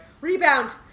Rebound